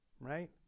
right